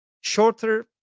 shorter